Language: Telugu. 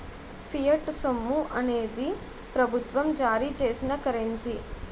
ఫియట్ సొమ్ము అనేది ప్రభుత్వం జారీ చేసిన కరెన్సీ